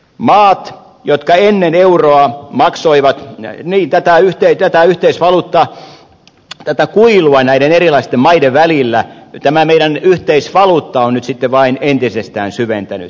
maat jotka ennen euroa maksoivat näkymiin tätä yhteistyötä niin tätä kuilua näiden erilaisten maiden välillä tämä meidän yhteisvaluuttamme on nyt sitten vain entisestään syventänyt